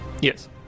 Yes